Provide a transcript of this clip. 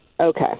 Okay